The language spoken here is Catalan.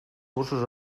cursos